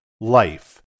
life